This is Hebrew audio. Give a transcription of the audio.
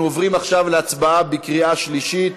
אנחנו עוברים עכשיו להצבעה בקריאה שלישית.